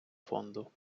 фонду